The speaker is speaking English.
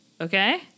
Okay